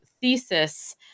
thesis